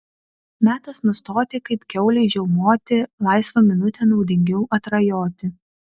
metas nustoti kaip kiaulei žiaumoti laisvą minutę naudingiau atrajoti